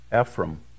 Ephraim